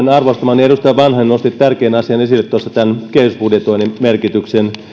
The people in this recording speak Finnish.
arvostamani edustaja vanhanen nosti tuossa tärkeän asian esille kehysbudjetoinnin merkityksen